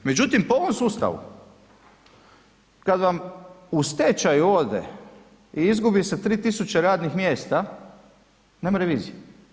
Međutim, po ovom sustavu kad vam u stečaj ode i izgubi se 3.000 radnih mjesta nema revizije.